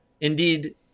indeed